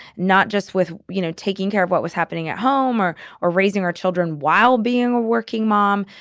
not just with, you know, taking care of what was happening at home or or raising our children while being a working mom,